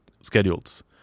schedules